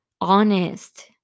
honest